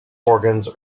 organs